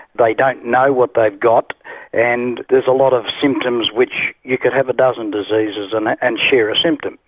they don't know what they've got and there's a lot of symptoms which you could have a dozen diseases and and share a symptom.